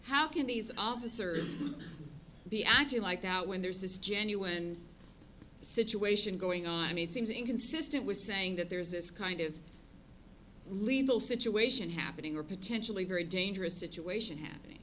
how can these officers be acting like that when there's this genuine situation going on i mean it seems inconsistent with saying that there is this kind of legal situation happening or potentially very dangerous situation happ